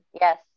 Yes